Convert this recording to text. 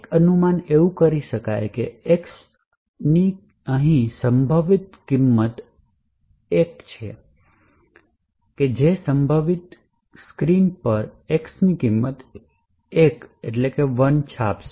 એક એવું અનુમાન કરી શકીએ કે x અહીં એક છે જે સંભવત સ્ક્રીન પર x ની કિંમત 1 છાપશે